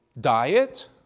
diet